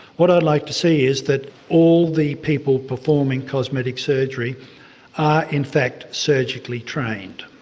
what i'd like to see is that all the people performing cosmetic surgery are in fact surgically trained.